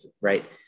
right